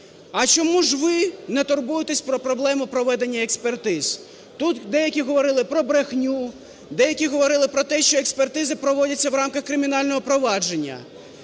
А чому ж ви не турбуєтесь про проблему проведення експертиз? Тут деякі говорили про брехню, деякі говорили про те, що експертизи проводяться в рамках кримінального провадження.